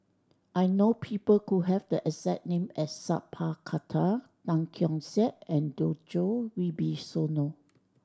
I know people who have the exact name as Sat Pal Khattar Tan Keong Saik and Djoko Wibisono